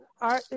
art